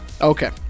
Okay